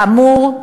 כאמור,